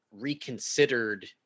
reconsidered